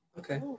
okay